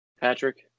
Patrick